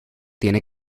tiene